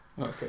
Okay